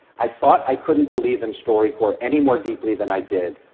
i thought i couldn't believe in storycorps any more deeply than i did,